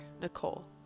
Nicole